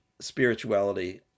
spirituality